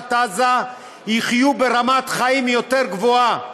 ברצועת עזה יחיו ברמת חיים יותר גבוהה.